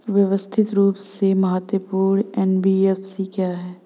व्यवस्थित रूप से महत्वपूर्ण एन.बी.एफ.सी क्या हैं?